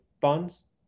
bonds